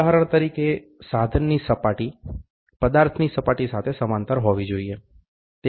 ઉદાહરણ તરીકે સાધનની સપાટી પદાર્થની સપાટી સાથે સમાંતર હોવી જોઈએ